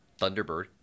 Thunderbird